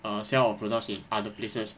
ah sell our products in other places